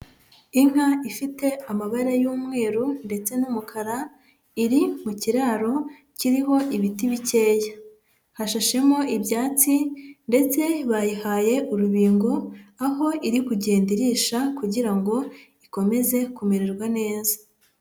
Inka ifite amabara y'umweru ndetse n'umukara. Iri mu kiraro kiriho ibiti bikeya. Hashashemo ibyatsi ndetse bayihaye urubingo, aho iri kugenda irisha kugira ngo ikomeze kumererwa neza.